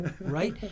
right